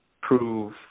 prove